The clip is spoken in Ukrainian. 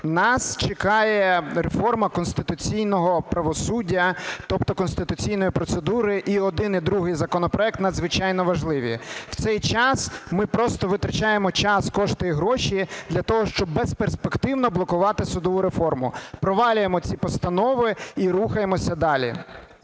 Нас чекає реформа конституційного правосуддя, тобто конституційної процедури. І один, і другий законопроекти надзвичайно важливі. В цей час ми просто витрачаємо час, кошти і гроші для того, щоб безперспективно блокувати судову реформу. Провалюємо ці постанови і рухаємося далі.